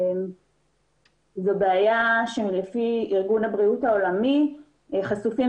זו בעיה שלפי ארגון הבריאות העולמי חשופים